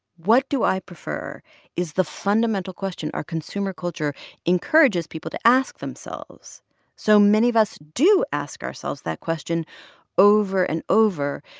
what do i prefer is the fundamental question our consumer culture encourages people to ask themselves so many of us do ask ourselves that question over and over.